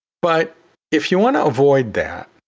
but if you want to avoid that,